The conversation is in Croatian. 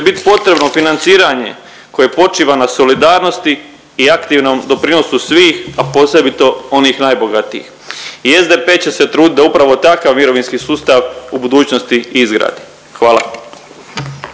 bit potrebno financiranje koje počiva na solidarnosti i aktivnom doprinosu svih, a posebito onih najbogatijih. I SDP će se truditi da upravo takav mirovinski sustav u budućnosti izgradi. Hvala.